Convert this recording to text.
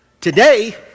Today